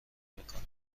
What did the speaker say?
میکنند